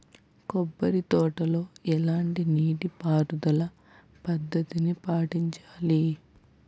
కొబ్బరి తోటలో ఎలాంటి నీటి పారుదల పద్ధతిని పాటించాలి?